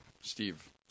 Steve